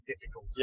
difficult